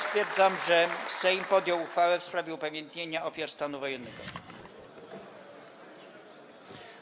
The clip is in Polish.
Stwierdzam, że Sejm podjął uchwałę w sprawie upamiętnienia ofiar stanu wojennego w Polsce.